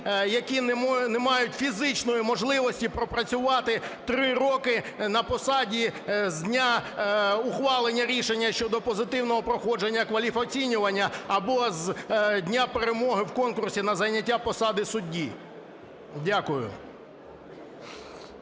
які не мають фізичної можливості пропрацювати 3 роки на посаді з дня ухвалення рішення щодо позитивного проходження кваліфоцінювання або з дня перемоги в конкурсі на заняття посади судді. Дякую.